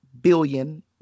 billion